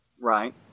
right